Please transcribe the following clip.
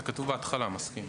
זה כתוב בהתחלה מסכים.